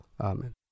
Amen